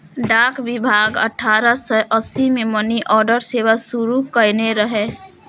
डाक विभाग अठारह सय अस्सी मे मनीऑर्डर सेवा शुरू कयने रहै